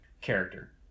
character